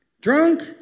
drunk